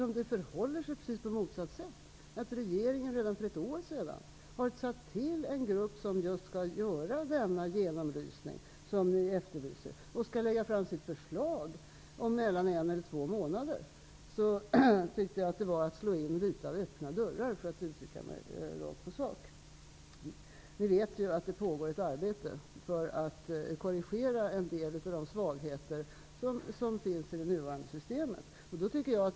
Men det förhåller sig på precis motsatt sätt, nämligen att regeringen redan för ett år sedan tillsatte en grupp som skall göra den genomlysning som ni efterlyser. Den skall lägga fram sitt förslag om mellan en och två månader. Därför tycker jag att ni slår in öppna dörrar, för att uttrycka mig rakt på sak. Ni vet ju att det pågår ett arbete för att en del av de svagheter som finns i det nuvarande systemet skall korrigeras.